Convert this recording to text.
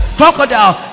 crocodile